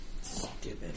Stupid